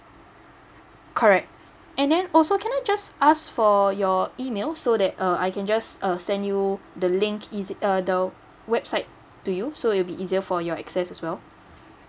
correct and then also can I just ask for your email so that uh I can just uh send you the link is it uh the website to you so it'll be easier for your access as well